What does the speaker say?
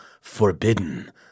forbidden